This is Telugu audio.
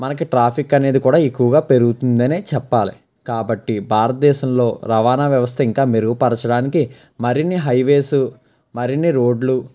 మనకి ట్రాఫిక్ అనేది కూడా ఎక్కువగా పెరుగుతుందనే చెప్పాలి కాబట్టి భారతదేశంలో రవాణా వ్యవస్థ ఇంకా మెరుగుపరచడానికి మరిన్నీ హైవేసు మరిన్నీ రోడ్లు